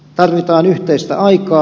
tarvitaan yhteistä aikaa